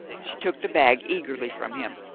she took the bag eagerly from him.